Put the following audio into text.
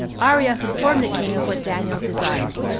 arioch informed the king of what daniel desired.